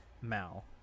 mal